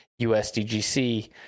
USDGC